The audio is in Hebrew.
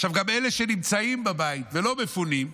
גם אלה שנמצאים בבית ולא מפונים,